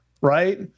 Right